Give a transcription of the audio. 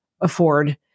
afford